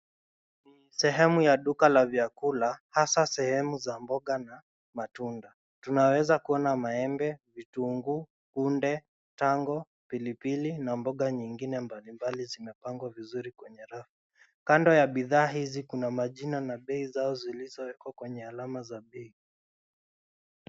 Sehemu ya duka la vyakula, hasa sehemu ya mboga na matunda. Tunaweza kuona maembe, vitunguu, kunde, tango, pilipili na mboga nyingine mbalimbali zimepangwa vizuri kwenye rafu. Kando ya bidhaa hizi kuna majina na bei zao zilizowekwa kwenye alama za bei.